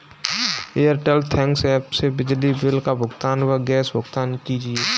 Airtel thanks app से बिजली bill का भुगतान व गैस भुगतान कीजिए